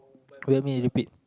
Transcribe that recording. you want me to repeat